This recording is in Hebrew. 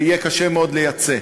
ויהיה קשה מאוד לייצא.